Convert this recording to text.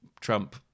trump